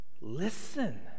Listen